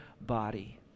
body